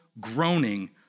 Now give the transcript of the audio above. groaning